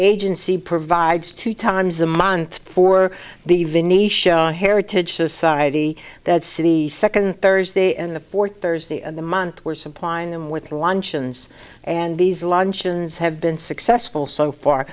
agency provides two times a month for the vinnies show heritage society that's city second thursday and the fourth thursday of the month we're supplying them with luncheons and these luncheons have been successful so far